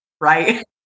right